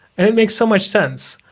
and it makes so much sense,